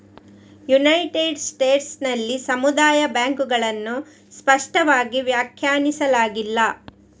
United States ನಲ್ಲಿ ಸಮುದಾಯ ಬ್ಯಾಂಕುಗಳನ್ನು ಸ್ಪಷ್ಟವಾಗಿ ವ್ಯಾಖ್ಯಾನಿಸಲಾಗಿಲ್ಲ